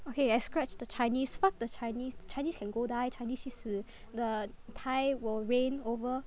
okay I scratch the Chinese fuck the Chinese the Chinese can go die Chinese 去死 the Thai will reign over